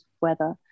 weather